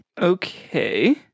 Okay